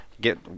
get